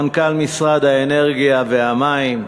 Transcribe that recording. מנכ"ל משרד האנרגיה והמים,